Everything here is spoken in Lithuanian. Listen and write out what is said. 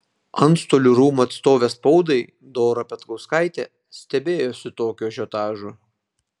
antstolių rūmų atstovė spaudai dora petkauskaitė stebėjosi tokiu ažiotažu